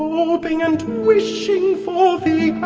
hoping and wishing for the